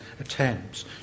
attempts